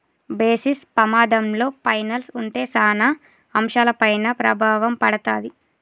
basis పమాధంలో పైనల్స్ ఉంటే సాన అంశాలపైన ప్రభావం పడతాది